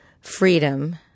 freedom